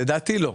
לדעתי לא.